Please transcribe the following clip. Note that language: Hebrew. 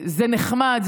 זה נחמד,